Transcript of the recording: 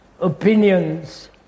Opinions